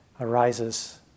arises